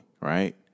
right